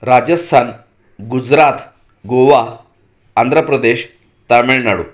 Rajasthan Gujarat Goa Andhra Pradesh Tamil Nadu